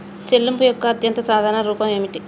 చెల్లింపు యొక్క అత్యంత సాధారణ రూపం ఏమిటి?